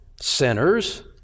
sinners